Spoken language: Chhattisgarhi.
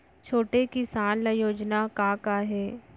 छोटे किसान ल योजना का का हे?